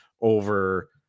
over